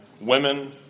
women